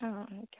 ആ ആയിക്കോട്ടെ